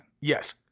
Yes